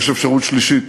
יש אפשרות שלישית,